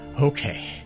Okay